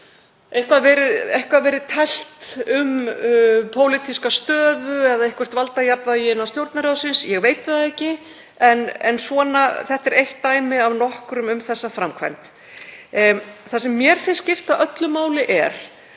eitthvað verið teflt um pólitíska stöðu eða eitthvert valdajafnvægi innan Stjórnarráðsins, ég veit það ekki. En þetta er eitt dæmi af nokkrum um þessa framkvæmd. Það sem mér finnst skipta öllu máli er